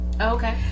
Okay